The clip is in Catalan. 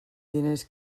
diners